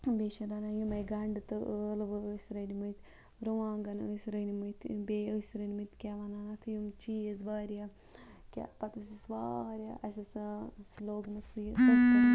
بیٚیہِ چھِ رَنان یِمے گَنٛڈٕ تہٕ ٲلوٕ ٲسۍ رٔنۍ مٕتۍ رُوانٛگَن ٲسۍ رٔنۍ مٕتۍ بیٚیہِ ٲسۍ رٔنۍ مٕتۍ کیاہ وَنان اَتھ یِم چیٖز واریاہ کیا پَتہٕ ٲسۍ أسۍ واریاہ اَسہِ ٲسۍ